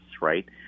right